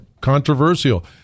controversial